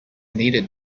needed